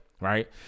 Right